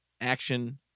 action